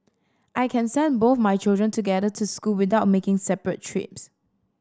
I can send both my children together to school without making separate trips